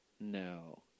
No